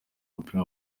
w’umupira